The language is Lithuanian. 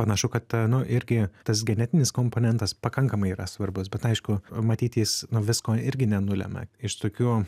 panašu kad nu irgi tas genetinis komponentas pakankamai yra svarbus bet aišku matyt jis nu visko irgi nenulemia iš tokių